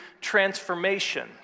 transformation